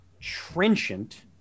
Trenchant